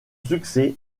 succès